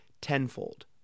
tenfold